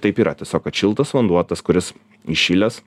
taip yra tiesiog kad šiltas vanduo tas kuris įšilęs